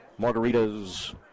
margaritas